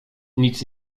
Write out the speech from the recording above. nic